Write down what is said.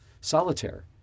Solitaire